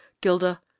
gilda